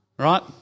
Right